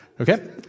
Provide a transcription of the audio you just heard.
Okay